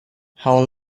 how